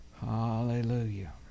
hallelujah